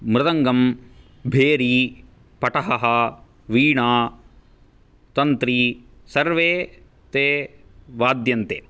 मृदङ्गं भेरी पटहः वीणा तन्त्री सर्वे ते वाद्यन्ते